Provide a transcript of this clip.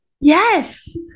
Yes